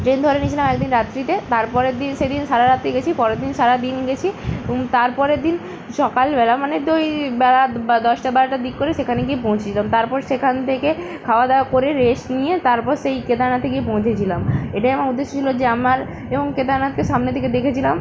train ধরে নিয়েছিলাম একদিন রাত্রিতে তারপরের দিন সেদিন সারা রাত্রি গেছি পরের দিন সারা দিন গেছি তার পরের দিন সকালবেলা মানে ওই বেলা বা দশটা বারোটার দিক করে সেখানে গিয়ে পৌঁছেছিলাম তারপর সেখান থেকে খাওয়া দাওয়া করে রেস্ট নিয়ে তারপর সেই কেদারনাথে গিয়ে পৌঁছেছিলাম এটাই আমার উদ্দেশ্য ছিলো যে আমার এবং কেদারনাথকে সামনে থেকে দেখেছিলাম